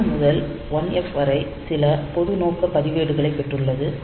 0 முதல் 1F வரை சில பொது நோக்கப் பதிவேடுகளைப் பெற்றுள்ளது